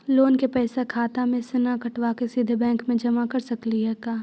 Loan के पैसा खाता मे से न कटवा के सिधे बैंक में जमा कर सकली हे का?